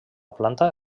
planta